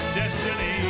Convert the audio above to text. destiny